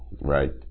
right